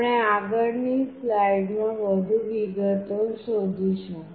આપણે આગળની સ્લાઈડમાં વધુ વિગતો શોધીશું